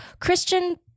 Christian